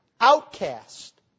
outcast